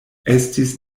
estis